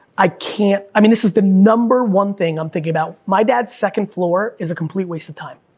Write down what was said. i can't, i mean this is the number one thing i'm thinking about, my dad's second floor is a complete waste of time.